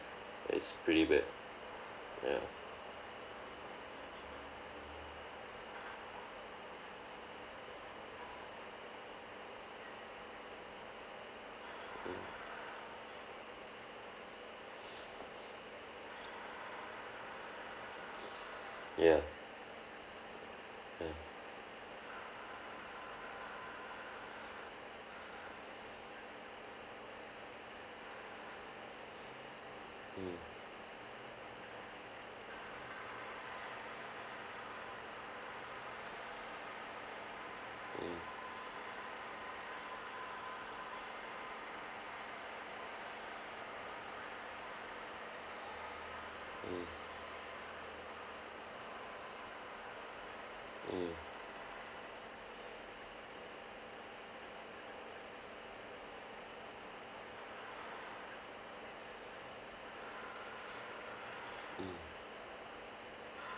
it's pretty bad ya mm ya ya mm mm mm mm mm